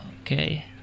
Okay